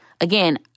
Again